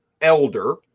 elder